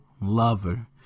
lover